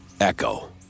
Echo